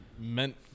meant